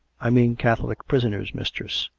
i mean catholic prisoners, mistress.